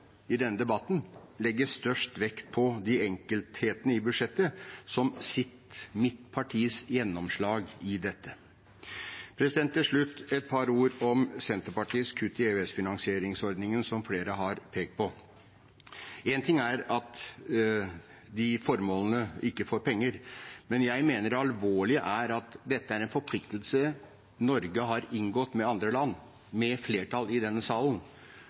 i denne debatten legger størst vekt på enkelthetene i budsjettet som «mitt partis» gjennomslag i dette. Til slutt vil jeg si et par ord om Senterpartiets kutt i EØS-finansieringsordningen, som flere har pekt på. Én ting er at de formålene ikke får penger, men jeg mener det alvorlige er at dette er en forpliktelse Norge, med flertall i denne salen, har inngått med andre land.